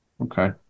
Okay